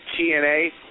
TNA